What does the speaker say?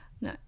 No